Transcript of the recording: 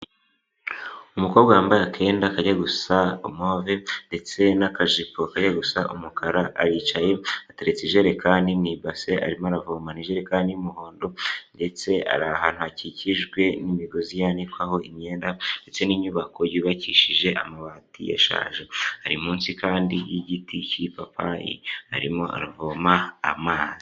Umukobwa wambaye akenda kajya gusa move ndetse n'akajipo kajya gusa umukara aricaye, ateretse ijerekani mu ibase, arimo aravoma. Ni ijerekani y'umuhondo ndetse ari ahantu hakikijwe n'imigozi yanikwaho imyenda ndetse n'inyubako yubakishije amabati yashaje. Ari munsi kandi y'igiti cy'ipapayi arimo aravoma amazi.